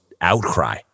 outcry